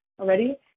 already